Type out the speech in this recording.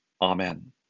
Amen